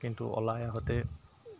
কিন্তু ওলাই আহোঁতে